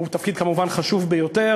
הוא כמובן תפקיד חשוב ביותר,